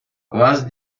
lass